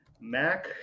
Mac